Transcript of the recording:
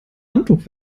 handtuch